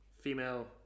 female